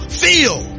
feel